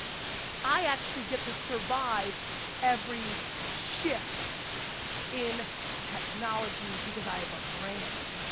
i actually get to survive every shift in technology, because i have a brand,